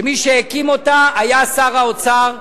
שמי שהקים אותה היה שר האוצר,